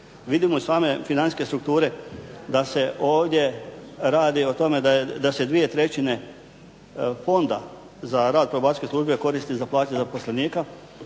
Vidimo iz sam financijske strukture da se ovdje radi o tome da se 2/3 fonda za rad Probacijske službe koristi za plaće zaposlenika,